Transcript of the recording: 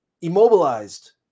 immobilized